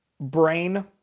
brain